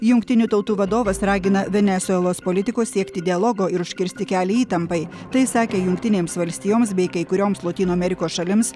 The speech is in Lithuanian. jungtinių tautų vadovas ragina venesuelos politikus siekti dialogo ir užkirsti kelią įtampai tai sakė jungtinėms valstijoms bei kai kurioms lotynų amerikos šalims